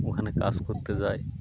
ওখানে কাজ করতে যায়